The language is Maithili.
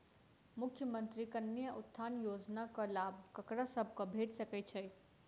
मुख्यमंत्री कन्या उत्थान योजना कऽ लाभ ककरा सभक भेट सकय छई?